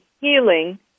healing